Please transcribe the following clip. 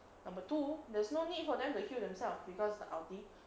number two there's no need for them to heal themselves because the ulti